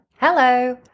Hello